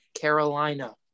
Carolina